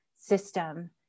system